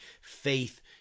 faith